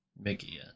Mickey